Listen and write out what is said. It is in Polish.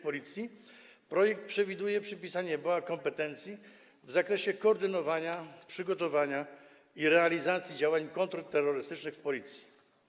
Policji projekt przewiduje przypisanie BOA kompetencji w zakresie koordynowania, przygotowania i realizacji działań kontrterrorystycznych Policji.